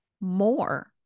more